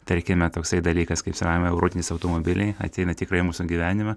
tarkime toksai dalykas kaip savaime vairuojantys automobiliai ateina tikrai į mūsų gyvenimą